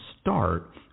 start